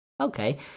okay